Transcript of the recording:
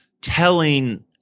telling